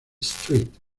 street